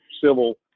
civil